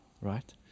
right